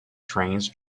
trains